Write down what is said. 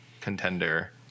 contender